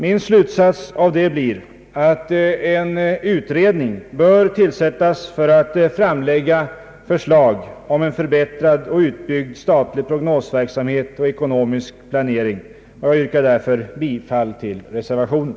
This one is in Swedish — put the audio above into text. Min slutsats blir att en utredning bör tillsättas med uppgift att framlägga förslag om en förbättrad och utbyggd statlig prognosverksamhet och ekonomisk planering. Jag yrkar därför bifall till reservationen.